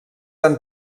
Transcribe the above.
han